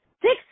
six